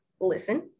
Listen